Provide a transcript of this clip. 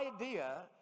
idea